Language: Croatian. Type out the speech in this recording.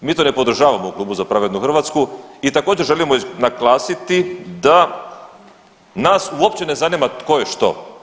Mi to ne podržavamo u Klubu Za pravednu Hrvatsku i također, želimo naglasiti da nas uopće ne zanima tko je što.